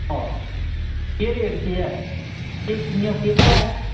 आं केह् रेट केह् ऐ एह् कियां केह् भाव